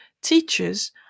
teachers